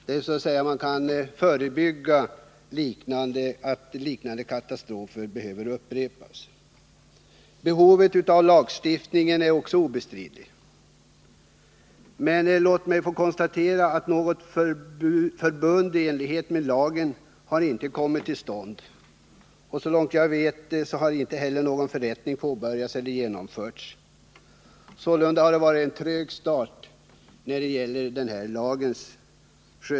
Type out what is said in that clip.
Man kan så att säga förebygga att liknande katastrofer upprepas. Behovet av lagstiftning är också obestridligt. Något förbund enligt lagen har emellertid inte kommit till stånd. Såvitt jag vet har heller ingen förrättning påbörjats eller genomförts. Det har sålunda varit en trög start för lagen.